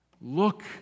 Look